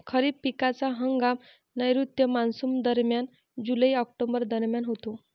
खरीप पिकांचा हंगाम नैऋत्य मॉन्सूनदरम्यान जुलै ऑक्टोबर दरम्यान होतो